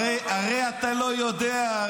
הרי אתה לא יודע,